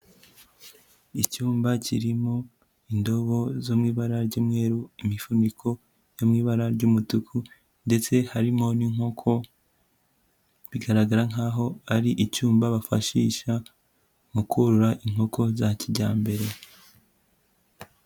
Icyumba kirimo indobo zo mu ibara ry'umweru, imifuniko yo mu ibara ry'umutuku ndetse harimo n'inkoko, bigaragara nk'aho ari icyumba bafashisha mu korora inkoko za kijyambere.